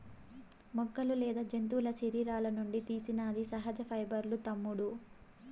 మొక్కలు లేదా జంతువుల శరీరాల నుండి తీసినది సహజ పైబర్లూ తమ్ముడూ